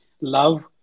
love